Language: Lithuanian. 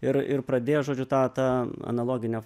ir ir pradėjo žodžiu tą tą analoginę